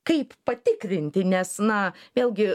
kaip patikrinti nes na vėlgi